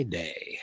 day